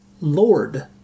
Lord